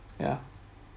ya